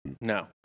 No